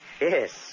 Yes